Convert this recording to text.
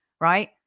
right